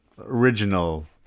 original